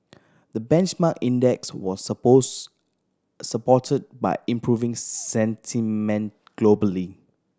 the benchmark index was suppose supported by improving sentiment globally